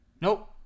Nope